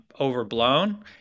overblown